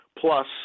Plus